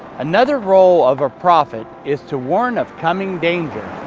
another role of a prophet is to warn of coming danger.